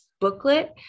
booklet